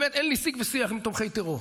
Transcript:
באמת, אין לי שיג ושיח עם תומכי טרור.